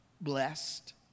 blessed